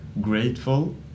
grateful